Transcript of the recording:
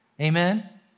Amen